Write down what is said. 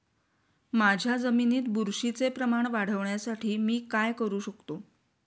माझ्या जमिनीत बुरशीचे प्रमाण वाढवण्यासाठी मी काय करू शकतो?